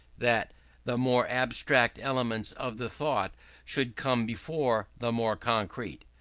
that the more abstract elements of the thought should come before the more concrete.